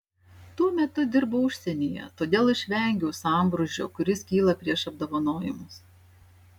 tuo metu dirbau užsienyje todėl išvengiau sambrūzdžio kuris kyla prieš apdovanojimus